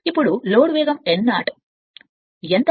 ఇప్పుడు లోడ్ వేగం n 0 ఎంత